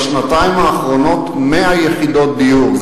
הפשיר 100 יחידות דיור,